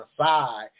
aside